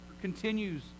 continues